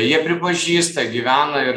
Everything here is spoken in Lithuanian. jie pripažįsta gyvena ir